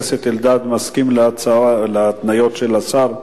חבר הכנסת אלדד, מסכים להתניות של השר?